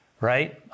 right